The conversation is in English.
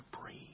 breathe